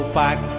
back